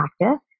practice